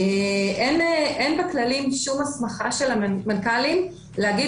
אין בכללים שום הסמכה של המנכ"לים להגיד